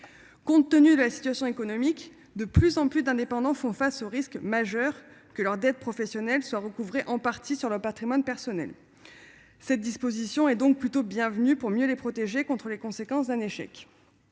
Compte tenu de la situation économique, de plus en plus d'indépendants font face au risque majeur de voir leurs dettes professionnelles recouvrées en partie sur leur patrimoine personnel. Cette disposition est plutôt bienvenue pour mieux les protéger contre les conséquences d'un échec.